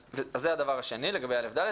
אז זה הדבר השני, לגבי א'-ד'.